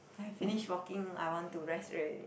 I finish walking I want to rest already